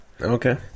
Okay